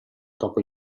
dopo